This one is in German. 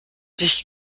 dich